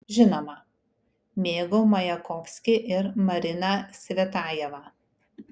žinoma mėgau majakovskį ir mariną cvetajevą